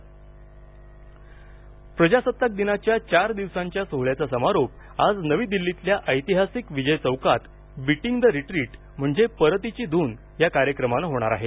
beating the retreat प्रजासत्ताक दिनाच्या चार दिवसांच्या सोहळ्याचा समारोप आज नवी दिल्लीतल्या ऐतिहासिक विजय चौकात बीटिंग द रिट्रीट म्हणजे परतीची धून या कार्यक्रमानं होणार आहे